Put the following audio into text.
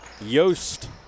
Yost